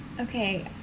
okay